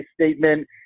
statement